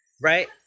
Right